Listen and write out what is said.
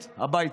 הביתה,